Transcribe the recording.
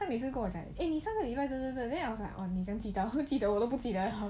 他每次跟我讲 eh 你上个礼拜这这这 then I was like oh 你怎样记得我都不记得 liao